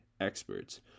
experts